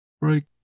break